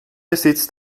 besitz